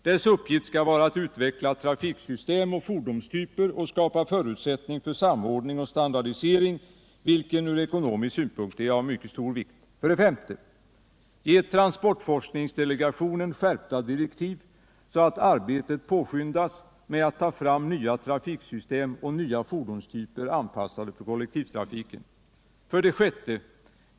Dess uppgift skall vara att utveckla trafiksystem och fordonstyper och skapa förutsättning för samordning och standardisering, vilket ur ekonomisk synpunkt är av mycket stor vikt. 5. Ge transportforskningsdelegationen skärpta direktiv, så att arbetet påskyndas med att ta fram nya trafiksystem och nya fordonstyper, anpassade för kollektivtrafiken. 6.